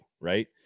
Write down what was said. right